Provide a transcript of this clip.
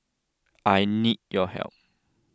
I need your help